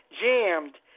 jammed